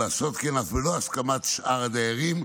לעשות כן אף ללא הסכמת שאר הדיירים,